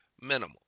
minimal